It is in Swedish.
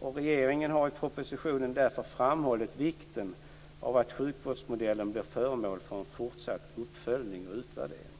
och regeringen har i propositionen därför framhållit vikten av att sjukvårdsmodellen blir föremål för en fortsatt uppföljning och utvärdering.